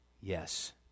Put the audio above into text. Yes